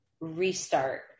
restart